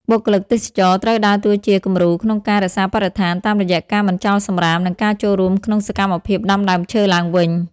បុគ្គលិកទេសចរណ៍ត្រូវដើរតួជាគំរូក្នុងការរក្សាបរិស្ថាន តាមរយៈការមិនចោលសំរាម និងការចូលរួមក្នុងសកម្មភាពដាំដើមឈើឡើងវិញ។